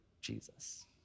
Jesus